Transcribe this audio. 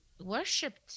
worshipped